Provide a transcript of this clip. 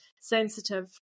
sensitive